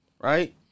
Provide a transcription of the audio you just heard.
Right